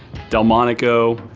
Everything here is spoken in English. delmonico.